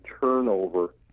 turnover